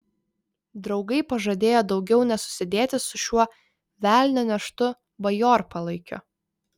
draugai pažadėjo daugiau nesusidėti su šiuo velnio neštu bajorpalaikiu